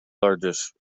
largest